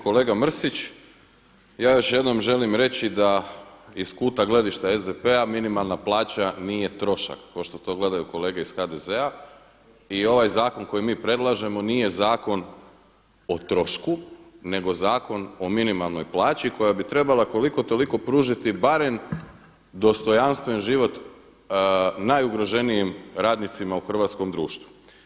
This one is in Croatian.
Kolega Mrsić ja još jednom želim reći da iz kuta gledišta SDP-a minimalna plaća nije trošak kao što to gledaju kolege iz HDZ-a i ovaj zakon koji mi predlažemo nije zakon o trošku, nego zakon o minimalnoj plaći koja bi trebala koliko toliko pružiti barem dostojanstven život najugroženijim radnicima u hrvatskom društvu.